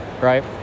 right